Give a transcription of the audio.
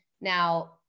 now